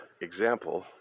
example